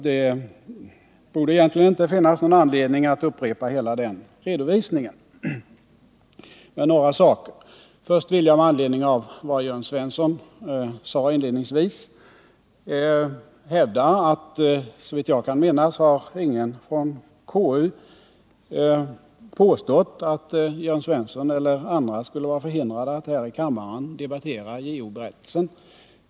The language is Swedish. Det borde egentligen inte finnas någon anledning att nu upprepa hela den redovisningen, men jag skall nämna några saker. Med anledning av vad Jörn Svensson inledningsvis sade vill jag hävda att ingen från KU, såvitt jag kan minnas, har påstått att Jörn Svensson eller andra skulle vara förhindrade att debattera JO-berättelsen här i kammaren.